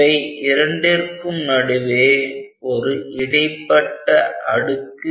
இவை இரண்டிற்கும் நடுவே ஒரு இடைப்பட்ட அடுக்கு உள்ளது